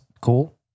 cool